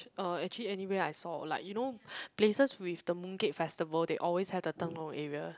uh actually anywhere I saw like you know places with the Mooncake Festival they always have the 灯笼 area